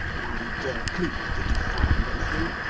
my dear cleek, did you find anything?